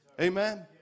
Amen